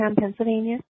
Pennsylvania